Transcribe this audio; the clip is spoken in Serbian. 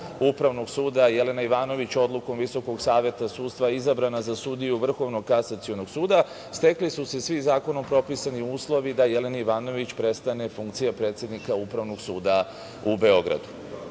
Upravnog suda, Jelena Ivanović odlukom VSS izabrana za sudiju Vrhovnog kasacionog suda, stekli su se svi zakonom propisani uslovi da Jeleni Ivanović prestane funkcija predsednika Upravnog suda u Beogradu. Kada